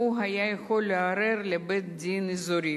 הוא היה יכול לערער לבית-דין אזורי